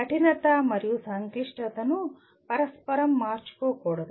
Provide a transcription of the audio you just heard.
కఠినత మరియు సంక్లిష్టతను పరస్పరం మార్చుకోకూడదు